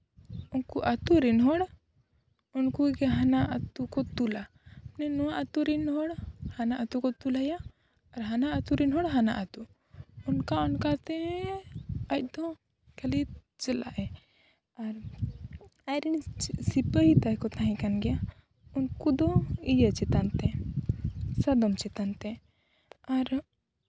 ᱩᱱᱠᱩ ᱟᱛᱳ ᱨᱮᱱ ᱦᱚᱲᱟᱜ ᱩᱱᱠᱩ ᱜᱮ ᱦᱟᱱᱟ ᱟᱛᱳ ᱠᱚ ᱛᱩᱞᱟ ᱱᱚᱣᱟ ᱟᱛᱳ ᱨᱮᱱ ᱦᱚᱲ ᱦᱟᱱᱟ ᱟᱛᱳ ᱠᱚ ᱛᱩᱞᱟᱹᱭᱟ ᱟᱨ ᱦᱟᱱᱟ ᱟᱛᱳ ᱨᱮᱱ ᱦᱚᱲ ᱦᱟᱱᱟ ᱟᱛᱳ ᱚᱱᱠᱟ ᱚᱱᱠᱟ ᱛᱮ ᱟᱡ ᱫᱚ ᱠᱷᱟᱹᱞᱤ ᱪᱟᱞᱟᱜᱼᱟᱭ ᱟᱨ ᱟᱡ ᱨᱮᱱ ᱥᱤᱯᱟᱹᱦᱤ ᱛᱟᱭ ᱠᱚ ᱛᱟᱦᱮᱸ ᱠᱟᱱ ᱜᱮᱭᱟ ᱩᱱᱠᱩ ᱫᱚ ᱤᱭᱟᱹ ᱪᱮᱛᱟᱱ ᱛᱮ ᱥᱟᱫᱚᱢ ᱪᱮᱛᱟᱱ ᱛᱮ ᱟᱨ